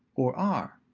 or are.